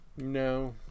No